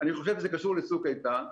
אני חושב שזה קשור לצוק איתן,